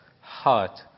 heart